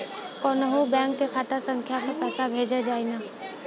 कौन्हू बैंक के खाता संख्या से पैसा भेजा जाई न?